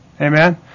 Amen